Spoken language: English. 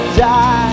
die